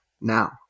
now